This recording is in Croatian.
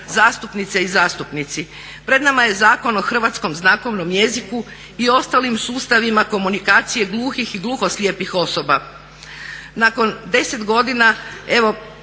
zastupnice i zastupnici, pred nama je Zakon o Hrvatskom znakovnom jeziku i ostalim sustavima komunikacije gluhih i gluhoslijepih osoba. Nakon 10 godina evo